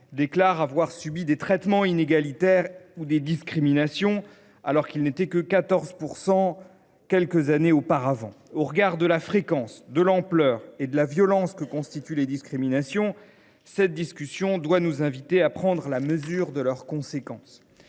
déclarent avoir subi « des traitements inégalitaires ou des discriminations », alors qu’elles n’étaient que 14 % quelques années auparavant. Au regard de la fréquence, de l’ampleur et de la violence des discriminations, la discussion que nous avons cet après midi doit nous inviter à prendre la mesure de leurs conséquences.